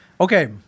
okay